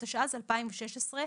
התשע"ז-2016,